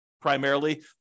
primarily